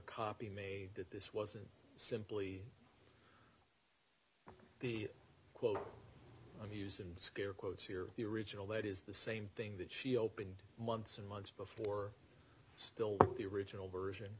copy made that this wasn't simply the quote of using scare quotes here the original that is the same thing that she opened months and months before still the original version